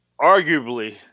arguably